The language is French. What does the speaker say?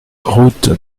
route